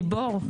גיבור.